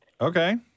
Okay